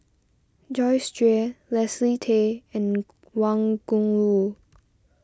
Joyce Jue Leslie Tay and Wang Gungwu